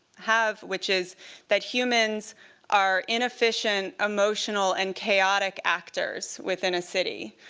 have, which is that humans are inefficient, emotional, and chaotic actors within a city.